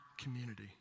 community